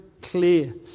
clear